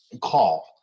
call